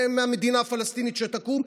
והמדינה הפלסטינית שתקום,